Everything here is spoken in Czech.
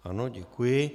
Ano, děkuji.